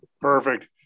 Perfect